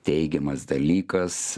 teigiamas dalykas